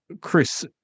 chris